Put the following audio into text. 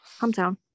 Hometown